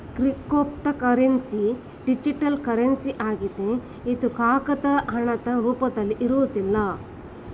cryptocurrency digital currency ಆಗಿದೆ ಇದು ಕಾಗದ ಹಣದ ರೂಪದಲ್ಲಿ ಇರುವುದಿಲ್ಲ